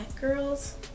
girls